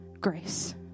grace